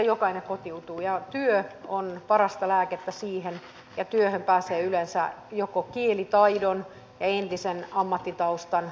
pyysimme asianomaisen ministerin vastaavan kuinka paljon norja maksaa vuosittain euroopan unionille joko vapaaehtoisesti tai sopimuksiin perustuen